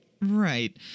Right